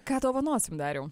ką dovanosim dariau